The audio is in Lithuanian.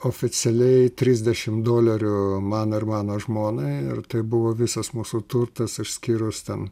oficialiai trisdešim dolerių man ir mano žmonai ir tai buvo visas mūsų turtas išskyrus ten